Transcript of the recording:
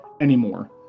anymore